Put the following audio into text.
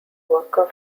worker